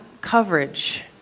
coverage